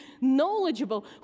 knowledgeable